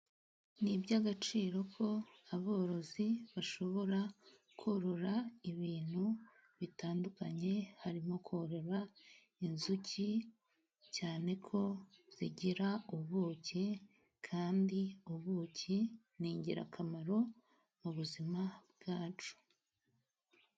Ni iby'agaciro ko aborozi bashobora korora ibintu bitandukanye, harimo korora inzuki cyane ko zigira ubuki kandi ubuki ni ingirakamaro mu buzima bwacu.